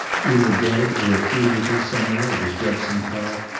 either dead or a fugitive somewhere was judson clark,